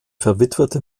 verwitwete